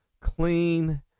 clean